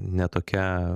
ne tokia